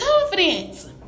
confidence